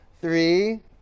Three